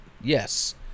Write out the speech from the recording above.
yes